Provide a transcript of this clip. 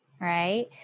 right